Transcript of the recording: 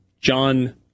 John